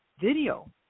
video